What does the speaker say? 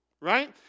right